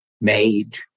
made